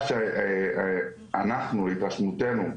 מהתרשמותנו,